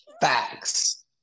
Facts